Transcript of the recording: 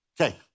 Okay